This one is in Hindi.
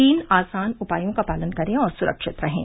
तीन आसान उपायों का पालन करें और सुरक्षित रहें